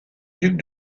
duc